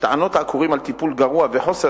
שטענות העקורים על טיפול גרוע וחוסר